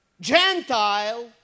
Gentile